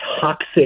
toxic